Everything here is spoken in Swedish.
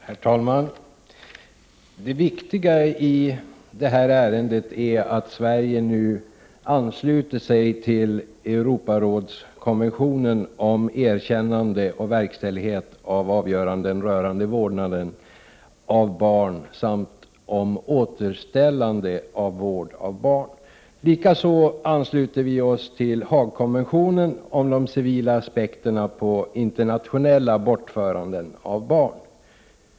Herr talman! Det viktiga i det här ärendet är att Sverige nu ansluter sig till Europarådskonventionen om erkännande och verkställighet av avgöranden rörande vårdnaden av barn samt om återställande av vård av barn. Likaså ansluter vi oss till Haagkonventionen om de civila aspekterna på internationella bortföranden av barn.